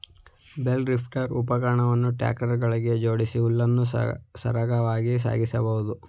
bale lifter ಉಪಕರಣವನ್ನು tractor ಗೆ ಜೋಡಿಸಿ ಹುಲ್ಲನ್ನು ಸರಾಗವಾಗಿ ಸಾಗಿಸಬೋದು